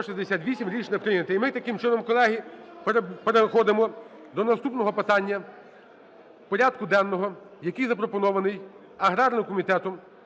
І ми таким чином, колеги, переходимо до наступного питання порядку денного, який запропонований аграрним комітетом.